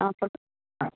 ஆ சொல் ஆ